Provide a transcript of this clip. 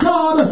God